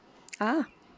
ah